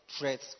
threats